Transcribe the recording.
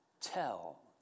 tell